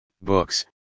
books